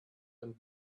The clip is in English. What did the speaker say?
and